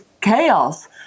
chaos